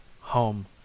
home